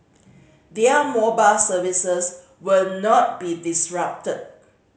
their mobile services will not be disrupted